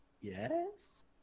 Yes